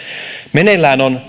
meneillään on